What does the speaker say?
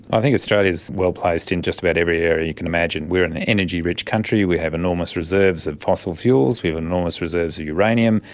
i think australia is well placed in just about every area you could imagine. we are an energy-rich country. we have enormous reserves of fossil fuels, we have enormous reserves of uranium,